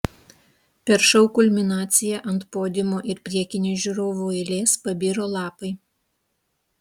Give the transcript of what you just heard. per šou kulminaciją ant podiumo ir priekinės žiūrovų eilės pabiro lapai